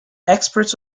experts